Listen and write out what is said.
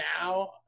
now